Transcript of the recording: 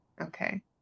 Okay